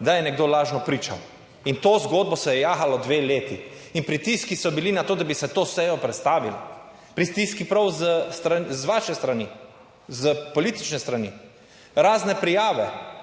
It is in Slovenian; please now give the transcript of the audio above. da je nekdo lažno pričal in to zgodbo se je jahalo dve leti in pritiski so bili na to, da bi se to sejo prestavili. Pritiski prav z vaše strani, s politične strani. Razne prijave,